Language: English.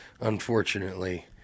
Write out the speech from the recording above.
unfortunately